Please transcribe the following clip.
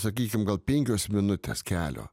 sakykim gal penkios minutės kelio